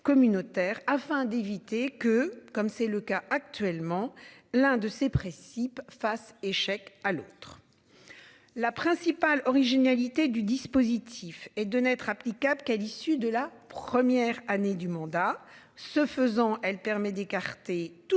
communautaires afin d'éviter que comme c'est le cas actuellement, l'un de ses précis PFAS. Échec à l'autre. La principale originalité du dispositif et de n'être applicable qu'à l'issue de la première année du mandat. Ce faisant, elle permet d'écarter toute